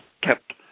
kept